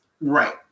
Right